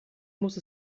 muss